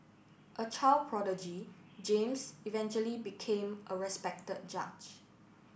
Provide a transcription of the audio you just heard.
a child prodigy James eventually became a respected judge